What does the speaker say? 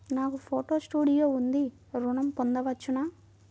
నాకు photo studio ఉంది ఋణం పొంద వచ్చునా?